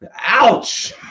Ouch